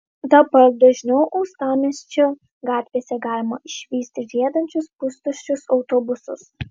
dabar dažniau uostamiesčio gatvėse galima išvysti riedančius pustuščius autobusus